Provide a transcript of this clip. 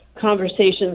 conversations